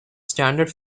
standard